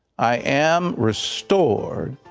i am restored,